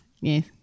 Yes